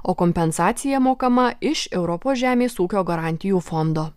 o kompensacija mokama iš europos žemės ūkio garantijų fondo